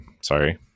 Sorry